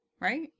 right